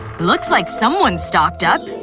looks like someone stocked up.